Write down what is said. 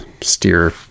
steer